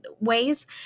ways